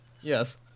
Yes